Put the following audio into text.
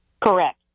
Correct